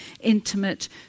intimate